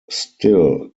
still